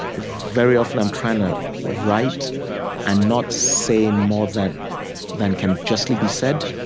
very often, i'm trying to write and not say more than than can justly be said.